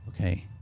Okay